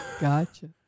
Gotcha